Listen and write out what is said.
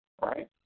right